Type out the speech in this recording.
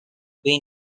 been